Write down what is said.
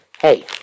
Hey